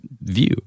view